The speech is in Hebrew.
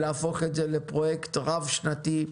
להפוך את זה לפרויקט רב שנתי,